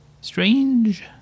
strange